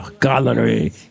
Gallery